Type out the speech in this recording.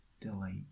delight